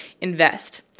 invest